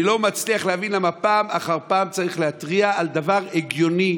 אני לא מצליח להבין למה פעם אחר פעם צריך להתריע על דבר הגיוני,